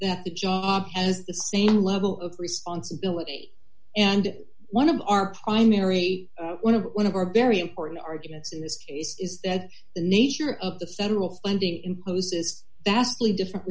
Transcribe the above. that the job has the same level of responsibility and one of our primary one of one of our very important arguments in this case is that the nature of the federal funding imposes that's really different